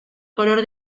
color